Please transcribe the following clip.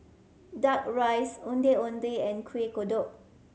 Duck Rice Ondeh Ondeh and Kuih Kodok